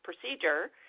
procedure